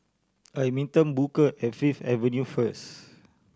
I meeting Booker at Fifth Avenue first